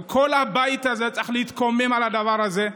וכל הבית הזה צריך להתקומם על הדבר הזה.